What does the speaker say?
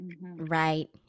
Right